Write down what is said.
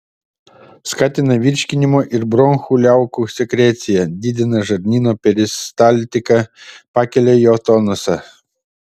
skatina virškinimo ir bronchų liaukų sekreciją didina žarnyno peristaltiką pakelia jo tonusą